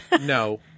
no